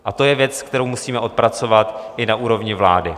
A to je věc, kterou musíme odpracovat i na úrovni vlády.